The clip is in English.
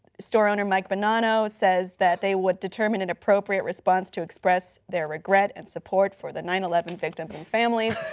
store owner mike bonanno says that they would determine it appropriate response to express their regret and support for the nine eleven victims and families.